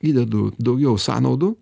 įdedu daugiau sąnaudų